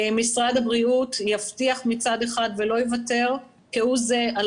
משרד הבריאות יבטיח מצד אחד ולא יוותר כהוא זה על